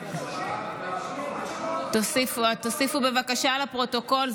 זה 30. תוסיפו בבקשה לפרוטוקול,